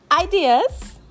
ideas